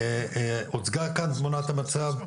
הוצגה כאן תמונת המצב,